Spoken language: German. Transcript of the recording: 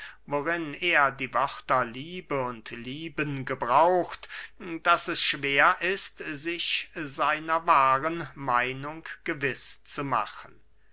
worin er die wörter liebe und lieben gebraucht daß es schwer ist sich seiner wahren meinung gewiß zu machen